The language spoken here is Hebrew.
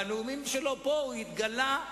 בנאומים שלו פה הוא התגלה,